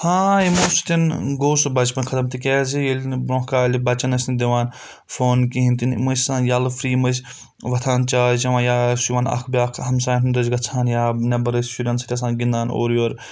ہاں یِمَو سۭتۍ گوٚو سُہ بَچپَن ختم تِکیٛازِ ییٚلہِ نہٕ برونٛہہ کالہِ بَچَن ٲسۍ نہٕ دِوان فون کِہیٖنۍ تہِ نہٕ یِم ٲسۍ آسان یَلہٕ فِرِی یِم ٲسۍ وۄتھان چاے چَوَان یا سُہ یِوان اَکھ بَیٛاکھ ہمسایَن ہُنٛد ٲسۍ گژھان یا نؠبَر ٲسۍ شُرؠن سۭتۍ آسان گِنٛدان اورٕ یورٕ